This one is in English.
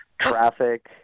Traffic